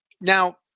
now